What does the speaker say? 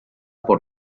por